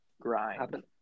grind